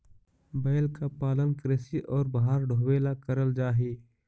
बैल का पालन कृषि और भार ढोवे ला करल जा ही